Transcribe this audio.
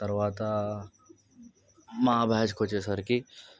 తర్వాత మా బ్యాచ్కు వచ్చేసరికి